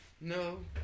No